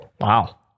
Wow